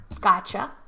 Gotcha